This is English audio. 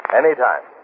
anytime